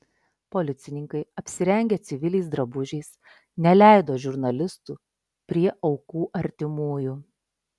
policininkai apsirengę civiliais drabužiais neleido žurnalistų prie aukų artimųjų